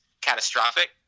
catastrophic